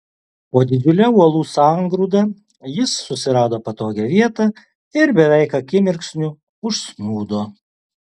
po didžiule uolų sangrūda jis susirado patogią vietą ir beveik akimirksniu užsnūdo